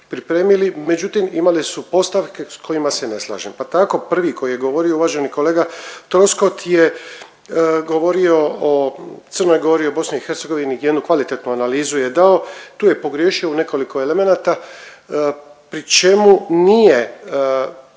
pripremili, međutim imali su postavke s kojima se ne slažem, pa tako prvi koji je govorio, uvaženi kolega Troskot je govorio o Crnoj Gori, o BiH, jednu kvalitetnu analizu je dao, tu je pogriješio u nekoliko elemenata pri čemu nije